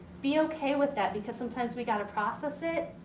be okay with that because sometimes we gotta process it.